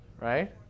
right